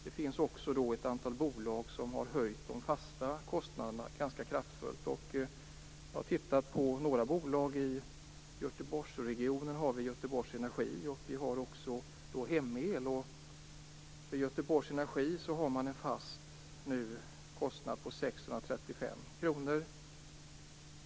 Det finns också ett antal bolag som har höjt de fasta kostnaderna ganska kraftigt. Jag har tittat på några bolag. I Göteborgsregionen finns Göteborg Energi och Hem-El. Göteborg Energi har nu en fast kostnad på 635 kr.